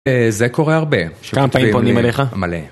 זה קורה הרבה. - כמה פעמים פונים אליך? - מלא.